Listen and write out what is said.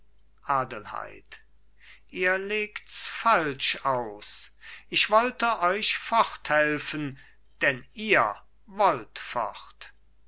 adelheid ihr legt's falsch aus ich wollte euch forthelfen denn ihr